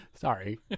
sorry